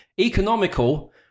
Economical